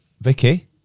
Vicky